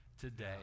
today